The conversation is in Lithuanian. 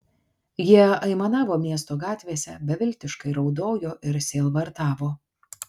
jie aimanavo miesto gatvėse beviltiškai raudojo ir sielvartavo